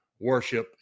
worship